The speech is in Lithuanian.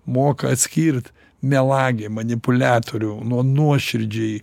moka atskirt melagę manipuliatorių nuo nuoširdžiai